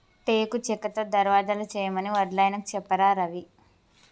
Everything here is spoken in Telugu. టేకు చెక్కతో దర్వాజలు చేయమని వడ్లాయనకు చెప్పారా రవి